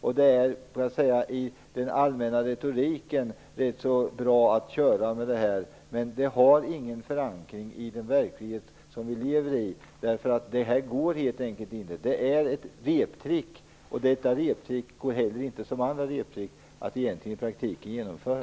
och det är i den allmänna retoriken rätt bra att köra med, men det har ingen förankring i den verklighet som vi lever i. Det går nämligen helt enkelt inte. Det är ett reptrick, och detta reptrick går, som andra reptrick, i praktiken inte att genomföra.